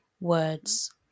words